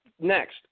Next